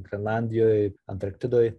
grenlandijoj antarktidoj